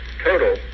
total